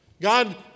God